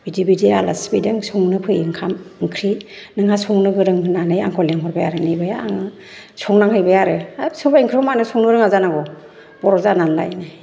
बिदि बिदि आलासि फैदों संनो फै ओंखाम ओंख्रि नोंहा संनो गोरों होननानै आंखौ लिंहरबाय आरो लिंबाया आङो संनांहैबाय आरो हाब सबाइ ओंख्रिखौ मानो संनो रोङा जानांगौ बर' जानानैलायनो